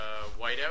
Whiteout